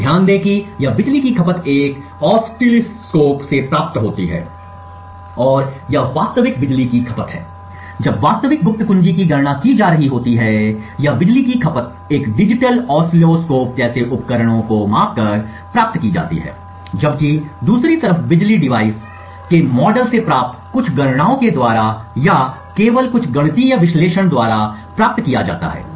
तो ध्यान दें कि यह बिजली की खपत एक आस्टसीलस्कप से प्राप्त होती है और यह वास्तविक बिजली की खपत होती है जब वास्तविक गुप्त कुंजी की गणना की जा रही होती है इसलिए यह बिजली की खपत एक डिजिटल आस्टसीलस्कप जैसे उपकरणों को मापकर प्राप्त की जाती है जबकि दूसरी तरफ बिजली डिवाइस के मॉडल से प्राप्त कुछ गणनाओं के द्वारा या केवल कुछ गणितीय विश्लेषण द्वारा प्राप्त किया जाता है